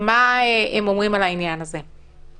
מה הם אומרים על העניין הזה.